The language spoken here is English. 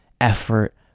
effort